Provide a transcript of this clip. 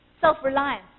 self-reliance